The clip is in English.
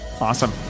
awesome